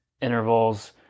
intervals